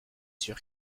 sûr